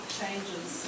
changes